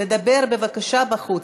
לדבר בבקשה בחוץ.